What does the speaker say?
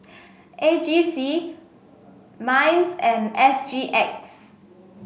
A G C Minds and S G X